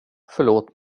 förlåt